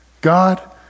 God